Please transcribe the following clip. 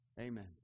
amen